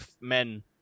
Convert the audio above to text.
men